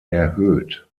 erhöht